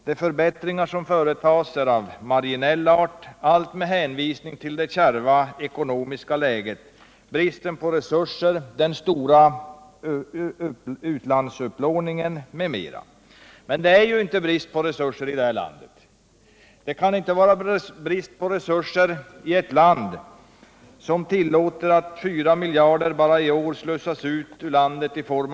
De förbättringar som företas är av marginell art - allt med hänvisning till det kärva ekonomiska läget, bristen på resurser, den stora utlandsupplåningen m.m. Men det råder ju inte någon brist på resurser i det här landet. Det kan inte vara brist på resurser i ett land som tillåter att fyra miljarder bara i år slussas ut i form av kapitalexport.